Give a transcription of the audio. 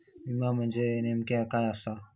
विमा म्हणजे नेमक्या काय आसा?